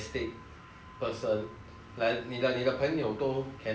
like 你的你的朋友都 cannot find that shoulder lah